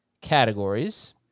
categories